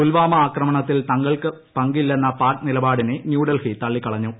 പുൽവാമ ആക്രമണത്തിൽ തങ്ങൾക്ക് പങ്കില്ലെന്ന പാക് നിലപാടിനെ ന്യൂഡൽഹി തള്ളിക്കളഞ്ഞു